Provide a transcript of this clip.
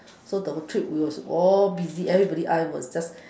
so the whole trip he was all busy everybody I was just